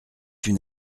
une